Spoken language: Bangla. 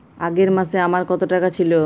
আগের মাসে আমার কত টাকা ছিল?